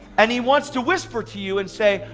and he wants to whisper to you and say,